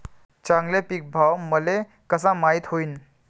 चांगला पीक भाव मले कसा माइत होईन?